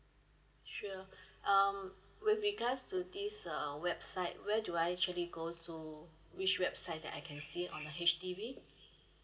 sure um with regards to this uh website where do I actually go to which website that I can see on a H_D_B